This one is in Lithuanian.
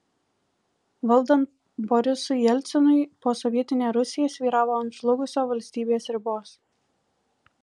valdant borisui jelcinui posovietinė rusija svyravo ant žlugusio valstybės ribos